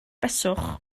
beswch